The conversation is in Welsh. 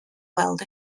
weld